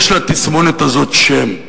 שיש לתסמונת הזאת שם.